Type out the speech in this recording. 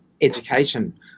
education